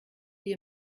wie